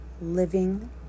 Living